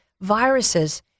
viruses